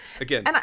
Again